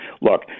look